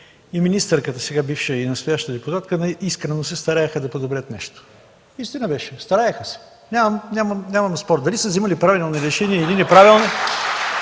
и бившата министърка и настояща депутатка искрено се стараеха да подобрят нещо. Истина беше – стараеха се. Нямаме спор. Дали са вземани правилни решения или неправилни...